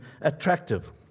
attractive